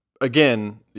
Again